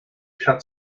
cut